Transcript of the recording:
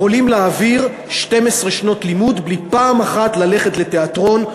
יכולים להעביר 12 שנות לימוד בלי פעם אחת ללכת לתיאטרון,